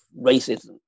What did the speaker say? racism